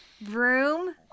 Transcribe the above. broom